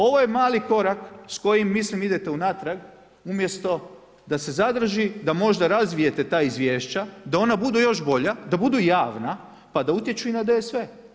Ovo je mali korak s kojim mislim idete unatrag umjesto da se zadrži, da možda razvijete ta izvješća da ona budu još bolja, da budu javna pa da utječu i na DSV.